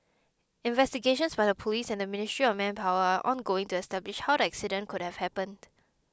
investigations by the police and the Ministry of Manpower are ongoing to establish how the accident could have happened